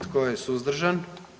Tko je suzdržan?